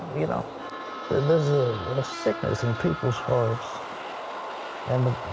you know there is a sickness in people's hearts and